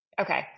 Okay